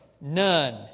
None